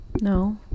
No